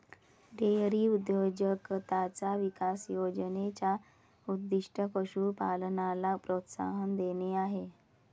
dairy उद्योजकताचा विकास योजने चा उद्दीष्ट पशु पालनाला प्रोत्साहन देणे आहे